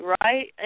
right